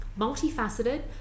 multifaceted